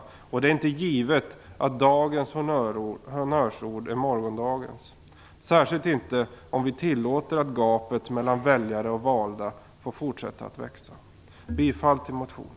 Det är heller inte givet att dagens honnörsord är morgondagens, särskilt inte om vi tillåter att gapet mellan väljare och valda fortsätter att växa. Jag yrkar bifall till motionen.